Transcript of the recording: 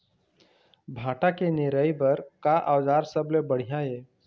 भांटा के निराई बर का औजार सबले बढ़िया ये?